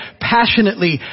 passionately